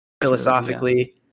philosophically